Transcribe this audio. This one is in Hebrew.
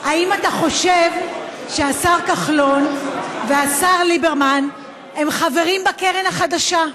האם אתה חושב שהשר כחלון והשר ליברמן הם חברים בקרן החדשה?